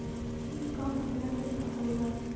ई क महिना क फसल बा?